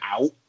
out